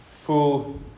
full